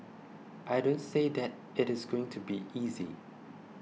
I don't say that it is going to be easy